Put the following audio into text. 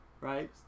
right